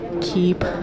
keep